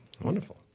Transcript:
Wonderful